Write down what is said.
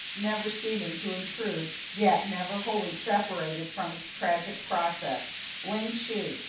never seeming to intrude, yet never wholly separated from its tragic process ling chu,